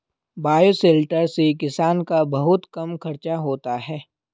bioshelter से किसान का बहुत कम खर्चा होता है